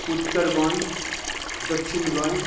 उत्तर गोंय दक्षीण गोंय